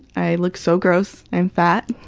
i look so gross and fat.